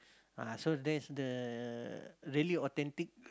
ah so there's the really authentic